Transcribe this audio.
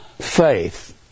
faith